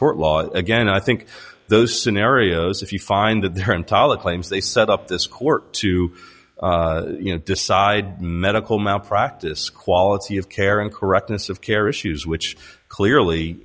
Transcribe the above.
tort laws again i think those scenarios if you find the term tala claims they set up this court to you know decide medical malpractise quality of care and correctness of care issues which clearly